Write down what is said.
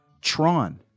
Tron